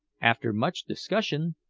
after much discussion,